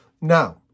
Now